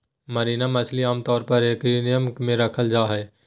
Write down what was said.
marine मछली आमतौर पर एक्वेरियम मे रखल जा हई